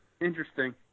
Interesting